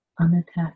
unattached